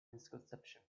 misconception